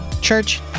Church